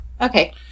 okay